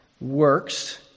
works